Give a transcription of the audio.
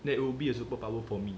that'll be a superpower for me